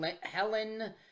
Helen